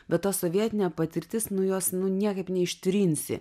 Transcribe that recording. bet ta sovietinė patirtis naujos nu niekaip neištrinsi